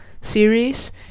series